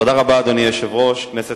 אדוני היושב-ראש, כנסת